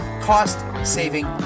cost-saving